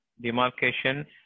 demarcation